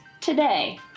today